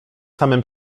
samym